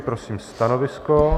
Prosím stanovisko.